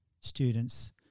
students